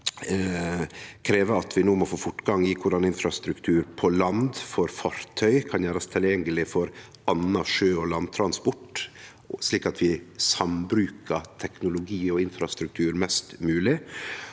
krevje at vi no må få fortgang i korleis infrastruktur på land for fartøy kan gjerast tilgjengeleg for annan sjø- og landtransport, slik at vi sambrukar teknologi og infrastruktur mest mogleg,